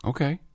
Okay